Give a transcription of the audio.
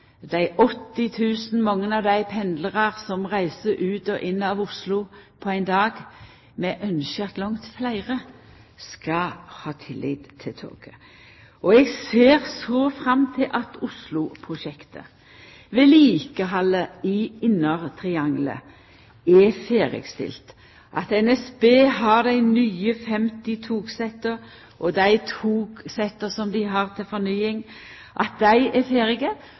ut og inn av Oslo på ein dag. Vi ynskjer at langt fleire skal ha tillit til toget. Og eg ser så fram til at Osloprosjektet – vedlikehaldet i innertriangelet – er ferdigstilt, at NSB har dei 50 nye togsetta, at dei togsetta dei har til fornying, er ferdige, og at ruteplan 2012 er